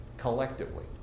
Collectively